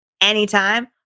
anytime